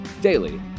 daily